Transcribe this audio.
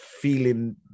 feeling